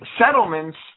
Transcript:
settlements